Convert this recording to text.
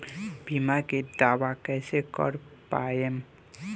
बीमा के दावा कईसे कर पाएम?